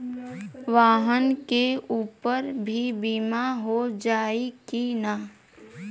वाहन के ऊपर भी बीमा हो जाई की ना?